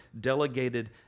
delegated